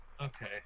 Okay